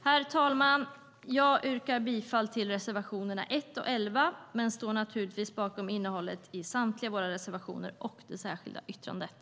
Herr talman! Jag yrkar bifall till reservationerna 1 och 11 men står naturligtvis bakom innehållet i samtliga våra reservationer och i det särskilda yttrandet.